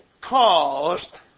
caused